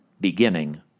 beginning